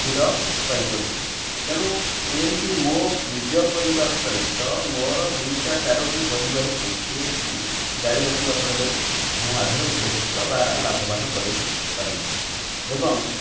କ୍ଷୀର ପାଇପାରୁଛି ତେଣୁ ଏମିତି ମୋ ନିଜ ପରିବାର ସହିତ ମୋର ଦୁଇଟା ଚାରୋଟି ପରିବାରକୁ ଏକ ଗାଈ ରଖିବା ଫଳରେ ମୁଁ ଆଦେହରେ ଉପକୃତ ବା ଲାଭବାନ କରାଇ ପାରୁଛି ଏବଂ